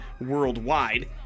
worldwide